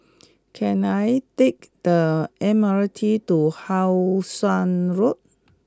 can I take the M R T to How Sun Road